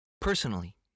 personally